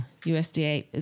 USDA